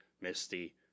Misty